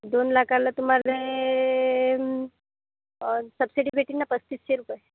दोन लाखाला तुम्हाला सबसिडी भेटीन ना पस्तीसशे रुपये